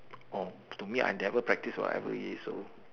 orh to me I never practice so I we so